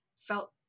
felt